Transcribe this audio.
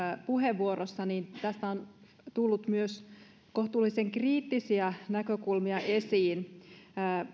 puheenvuorossa tässä on tullut myös kohtuullisen kriittisiä näkökulmia esiin